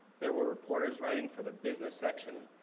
there were reporters writing for the business section.